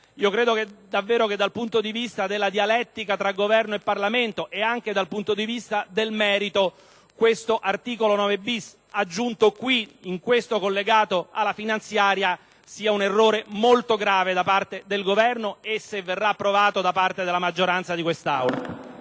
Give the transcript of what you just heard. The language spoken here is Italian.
davvero che dal punto di vista della dialettica tra Governo e Parlamento, e anche del merito, questo articolo 9-bis aggiunto in questo collegato alla finanziaria sia un errore molto grave da parte del Governo e, se verra` approvato, da parte della maggioranza di questa Aula.